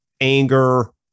anger